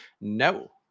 No